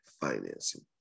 financing